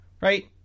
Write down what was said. Right